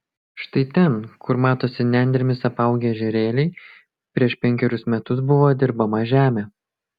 štai ten kur matosi nendrėmis apaugę ežerėliai prieš penkerius metus buvo dirbama žemė